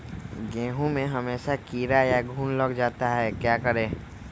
गेंहू में हमेसा कीड़ा या घुन लग जाता है क्या करें?